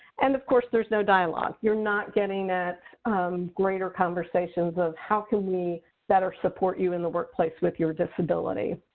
and of course, there's no dialogue. you're not getting at greater conversations of how can we better support you in the workplace with your disability?